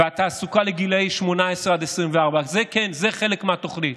והתעסוקה לבני 18 24, זה גם כן, זה חלק מהתוכנית.